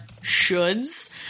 shoulds